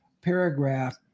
paragraph